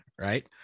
right